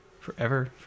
Forever